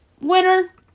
winner